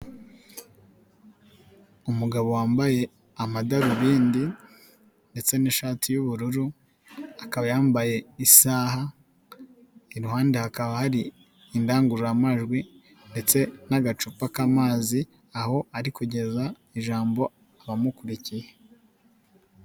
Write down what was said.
Umugabo wambaye amadarubindi ndetse n'ishati y'ubururu, akaba yambaye isaha iruhande hakaba hari indangururamajwi ndetse n'agacupa k'amazi aho ari kugeza ijambo abamukurikiye.